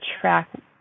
track